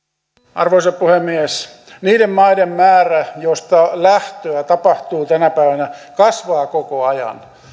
arvoisa puhemies niiden maiden määrä joista lähtöä tapahtuu tänä päivänä kasvaa koko ajan